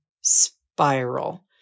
spiral